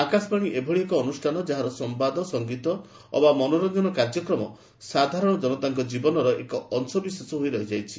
ଆକାଶବାଣୀ ଏଭଳି ଏକ ଅନୁଷ୍ଠାନ ଯାହାର ସମ୍ଭାଦ ସଂଗୀତ ବା ମନୋରଞ୍ଜନ କାର୍ଯ୍ୟକ୍ରମ ସାଧାରଣ ଜନତାଙ୍କ ଜୀବନର ଏକ ଅଂଶବିଶେଷ ହୋଇଯାଇଛି